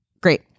Great